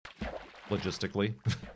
Logistically